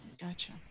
Gotcha